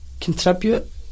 contribute